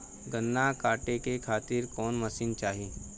गन्ना कांटेके खातीर कवन मशीन चाही?